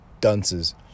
dunces